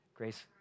Grace